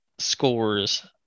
scores